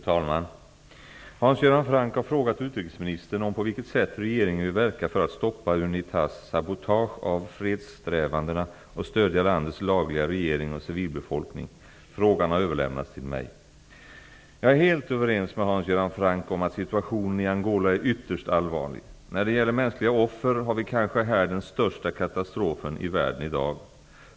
Fru talman! Hans Göran Franck har frågat utrikesministern om på vilket sätt regeringen vill verka för att stoppa UNITA:s sabotage av fredssträvandena och stödja landets lagliga regering och civilbefolkning. Frågan har överlämnats till mig. Jag är helt överens med Hans Göran Franck om att situationen i Angola är ytterst allvarlig. När det gäller mänskliga offer har vi kanske här den största katastrofen i världen i dag.